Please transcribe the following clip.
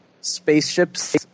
spaceships